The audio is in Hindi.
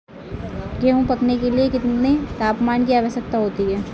गेहूँ पकने के लिए कितने तापमान की आवश्यकता होती है?